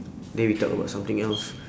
then we talk about something else